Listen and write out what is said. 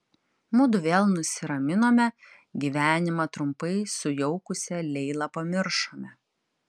mudu vėl nusiraminome gyvenimą trumpai sujaukusią leilą pamiršome